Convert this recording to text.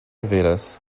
vedas